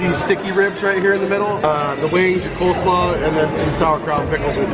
sticky ribs right here in the middle, the wings, your coleslaw, and then some sauerkraut pickles